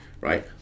Right